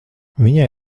viņai